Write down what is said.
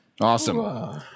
Awesome